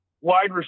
Wide